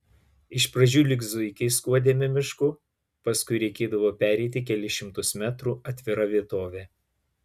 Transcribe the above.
iš pradžių lyg zuikiai skuodėme mišku paskui reikėdavo pereiti kelis šimtus metrų atvira vietove